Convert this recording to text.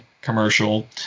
commercial